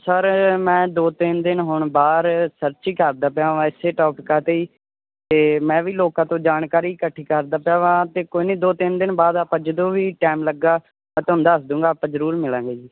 sir ਮੈਂ ਦੋ ਤਿੰਨ ਦਿਨ ਹੁਣ ਬਾਹਰ ਸਰਚ ਹੀ ਕਰਦਾ ਪਿਆ ਹਾਂ ਇਸੇ ਟੋਪਿਕਾਂ 'ਤੇ ਹੀ ਅਤੇ ਮੈਂ ਵੀ ਲੋਕਾਂ ਤੋਂ ਜਾਣਕਾਰੀ ਇਕੱਠੀ ਕਰਦਾ ਪਿਆ ਹਾਂ ਅਤੇ ਕੋਈ ਨਹੀਂ ਦੋ ਤਿੰਨ ਦਿਨ ਬਾਅਦ ਆਪਾਂ ਜਦੋਂ ਵੀ ਟਾਈਮ ਲੱਗਾ ਮੈਂ ਤੁਹਾਨੂੰ ਦੱਸ ਦੂੰਗਾ ਆਪਾਂ ਜ਼ਰੂਰ ਮਿਲਾਂਗੇ ਜੀ